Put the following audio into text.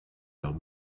leurs